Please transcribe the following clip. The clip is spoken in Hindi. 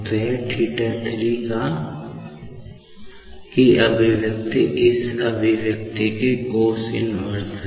तो यह θ 3 का अभिव्यक्ति इस विशेष अभिव्यक्ति का cos 1 है